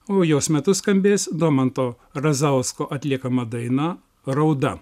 o jos metu skambės domanto razausko atliekama daina rauda